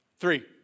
Three